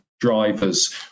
drivers